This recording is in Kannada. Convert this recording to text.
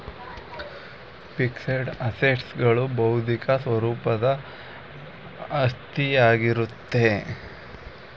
ಫಿಕ್ಸಡ್ ಅಸೆಟ್ಸ್ ಗಳು ಬೌದ್ಧಿಕ ಸ್ವರೂಪದ ಆಸ್ತಿಯಾಗಿರುತ್ತೆ